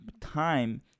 time